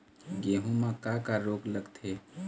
गेहूं म का का रोग लगथे?